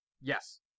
Yes